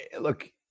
look